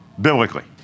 biblically